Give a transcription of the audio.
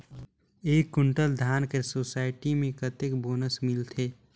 एक कुंटल धान कर सोसायटी मे कतेक बोनस मिलथे?